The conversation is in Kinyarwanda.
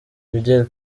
fidel